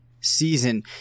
season